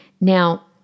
Now